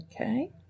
Okay